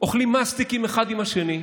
אוכלים מסטיקים אחד עם השני,